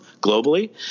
globally